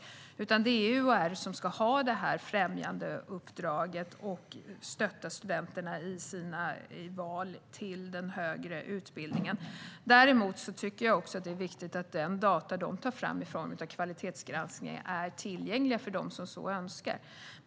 Det är UHR som ska ha det här främjande uppdraget och stötta studenterna i deras val till den högre utbildningen. Däremot tycker jag också att det är viktigt att de data de tar fram i form av kvalitetsgranskningar är tillgängliga för dem som så önskar.